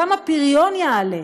גם הפריון יעלה.